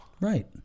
Right